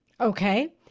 Okay